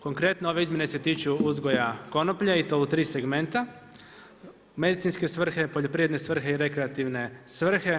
Konkretno ove izmjene se tiču uzgoja konoplje i to u tri segmente – medicinske svrhe, poljoprivredne svrhe i rekreativne svrhe.